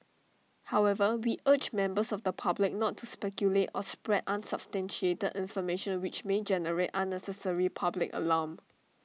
however we urge members of the public not to speculate or spread unsubstantiated information which may generate unnecessary public alarm